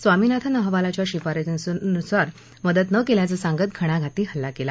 स्वामीनाथन अहवालाच्या शिफारशीनुसार मदत न केल्याचं सांगत घणाघाती हल्ला केला